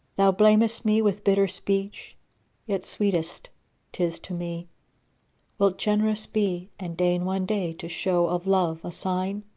thou blamest me with bitter speech yet sweetest tis to me wilt generous be and deign one day to show of love a sign?